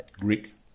Greek